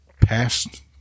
past